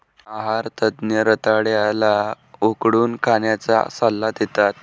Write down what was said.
आहार तज्ञ रताळ्या ला उकडून खाण्याचा सल्ला देतात